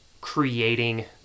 creating